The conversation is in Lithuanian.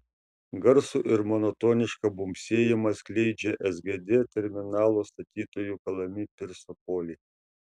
garsų ir monotonišką bumbsėjimą skleidžia sgd terminalo statytojų kalami pirso poliai